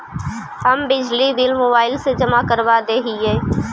हम बिजली bill mobile से जमा करवा देहियै?